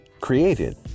created